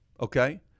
Okay